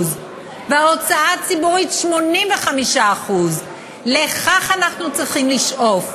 וההוצאה הציבורית 85%. לכך אנחנו צריכים לשאוף.